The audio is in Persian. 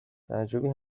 تعجبی